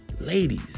ladies